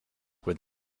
with